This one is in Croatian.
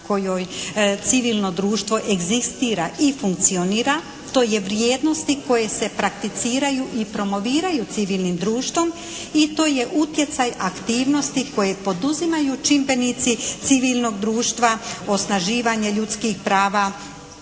kojoj civilno društvo egzistira i funkcionira, to je vrijednosti koje se prakticiraju i promoviraju civilnim društvom i to je utjecaj aktivnosti koje poduzimaju čimbenici civilnog društva, osnaživanje ljudskih prava,